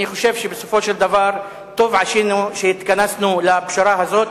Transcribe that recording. אני חושב שבסופו של דבר טוב עשינו שהתכנסנו לפשרה הזאת,